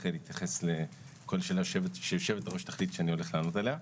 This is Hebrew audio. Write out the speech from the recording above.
להתייחס לכל שאלה שיושבת הראש תחליט שאני צריך לענות עליה.